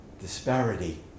disparity